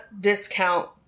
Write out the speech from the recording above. discount